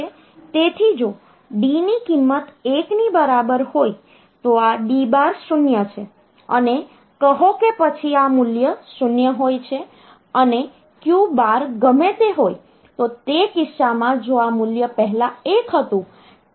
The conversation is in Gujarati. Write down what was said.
તેથી જો D ની કિંમત 1 ની બરાબર હોય તો આ D બાર 0 છે અને કહો કે પછી આ મૂલ્ય 0 હોય છે અને Q બાર ગમે તે હોય તો તે કિસ્સામાં જો આ મૂલ્ય પહેલા 1 હતું તે આ મૂલ્ય 0 હતું